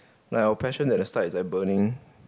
like our passion at the start is like burning